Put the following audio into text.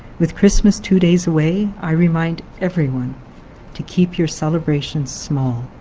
with christmas two days away, i remind everyone to keep your celebrations small